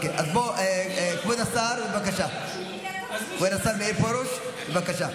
כבוד השר מאיר פרוש, בבקשה.